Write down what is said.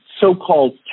so-called